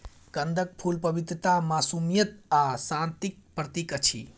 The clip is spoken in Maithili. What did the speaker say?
कंदक फुल पवित्रता, मासूमियत आ शांतिक प्रतीक अछि